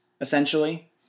essentially